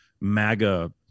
MAGA